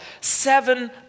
Seven